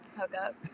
Hookup